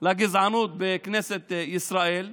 לגזענות בכנסת ישראל.